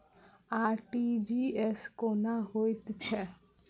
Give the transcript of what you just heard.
RTGS कोना होइत छै?